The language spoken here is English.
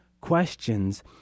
questions